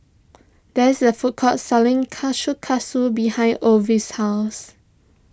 there's a food court selling Kushikatsu behind Ovid's house